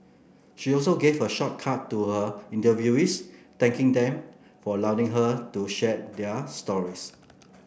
she also gave a shout out to her interviewees thanking them for allowing her to share their stories